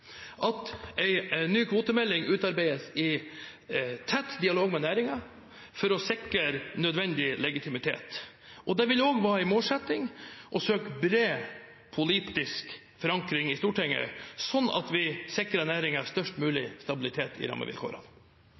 at ny kvotemelding utarbeides i tett dialog med næringen for å sikre nødvendig legitimitet. Det vil også være en målsetting å søke bred politisk forankring i Stortinget, slik at vi sikrer næringen størst mulig stabilitet i rammevilkårene.